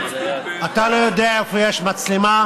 אתה לא יודע איפה יש מצלמה.